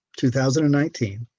2019